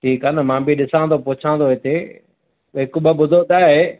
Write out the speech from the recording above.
ठीकु आहे न मां बि ॾिसां थो पुछां थो हिते हिकु ॿ ॿुधो त आहे